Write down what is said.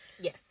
Yes